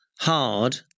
hard